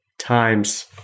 times